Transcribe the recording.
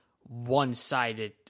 one-sided